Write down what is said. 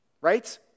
right